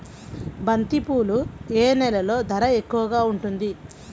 బంతిపూలు ఏ నెలలో ధర ఎక్కువగా ఉంటుంది?